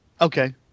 Okay